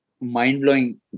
mind-blowing